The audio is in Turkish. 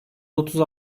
otuz